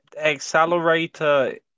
Accelerator